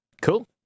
Cool